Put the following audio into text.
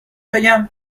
بگم